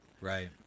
Right